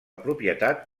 propietat